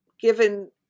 given